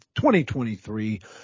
2023